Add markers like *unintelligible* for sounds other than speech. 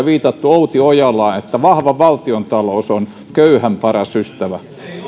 *unintelligible* viitattu outi ojalaan että vahva valtiontalous on köyhän paras ystävä